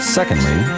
Secondly